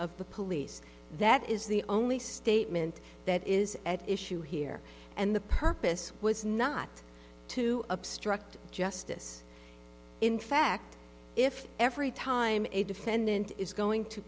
of the police that is the only statement that is at issue here and the purpose was not to obstruct justice in fact if every time a defendant is going to